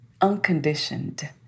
unconditioned